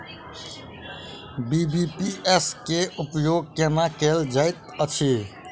BBPS केँ उपयोग केना कएल जाइत अछि?